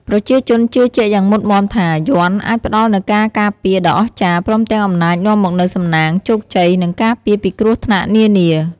ប្រជាជនជឿជាក់យ៉ាងមុតមាំថា យ័ន្តអាចផ្ដល់នូវការការពារដ៏អស្ចារ្យ ព្រមទាំងអំណាចនាំមកនូវសំណាង ជោគជ័យ និងការពារពីគ្រោះថ្នាក់នានា។